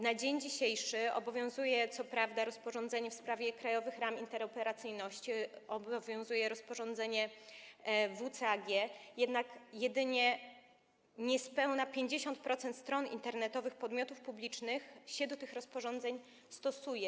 Na dzień dzisiejszy obowiązuje co prawda rozporządzenie w sprawie Krajowych Ram Interoperacyjności, rozporządzenie WCAG, jednak jedynie niespełna 50% stron internetowych podmiotów publicznych do tych rozporządzeń się stosuje.